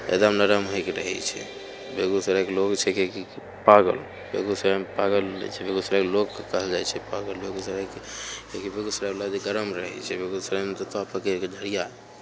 एकदम नरम होय कऽ रहैत छै बेगूसरायके लोक छिकै पागल बेगूसरायमे पागल लोग रहैत छै बेगूसरायके लोककेँ कहल जाइ छै पागल बेगूसरायके काहेकि बेगूसरायवला जे गरम रहैत छै बेगूसरायमे जूता फेकयके जरिया